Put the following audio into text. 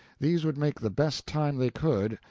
these would make the best time they could,